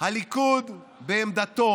הליכוד בעמדתו